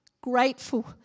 grateful